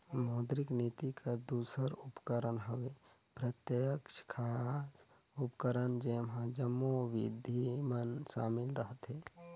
मौद्रिक नीति कर दूसर उपकरन हवे प्रत्यक्छ साख उपकरन जेम्हां जम्मो बिधि मन सामिल रहथें